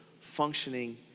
functioning